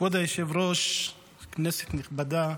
כבוד היושב-ראש, כנסת נכבדה,